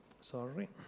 Sorry